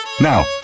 Now